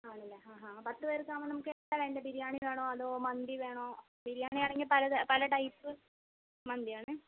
ആണല്ലേ ഹാ ഹാ പത്ത് പേർക്ക് ആകുമ്പോൾ നമുക്ക് എന്താ വേണ്ടത് ബിരിയാണി വേണോ അതോ മന്തി വേണോ ബിരിയാണി ആണെങ്കിൽ പല തര പല ടൈപ് മന്തിയാണെ